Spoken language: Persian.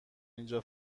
اینجا